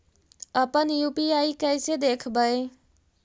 अपन यु.पी.आई कैसे देखबै?